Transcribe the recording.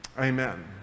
Amen